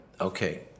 okay